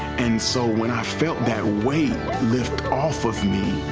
and so when i felt that weight lift off of me,